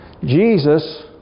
Jesus